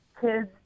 kids